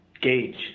gauge